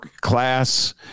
class